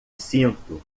sinto